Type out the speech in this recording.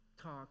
talk